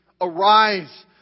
Arise